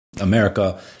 America